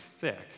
thick